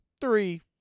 Three